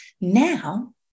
Now